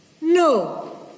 No